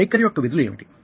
వైఖరి యొక్క విధులు ఏమిటి